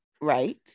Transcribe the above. right